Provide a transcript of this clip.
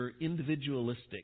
individualistic